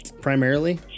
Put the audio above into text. primarily